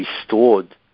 restored